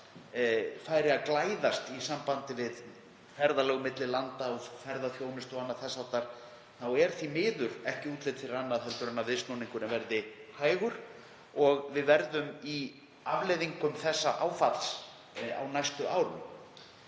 færi að glæðast í sambandi við ferðalög milli landa og ferðaþjónustu og annað þess háttar, þá er því miður ekki útlit fyrir annað en að viðsnúningurinn verði hægur og við verðum í afleiðingum þessa áfalls á næstu árum.